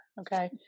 Okay